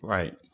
Right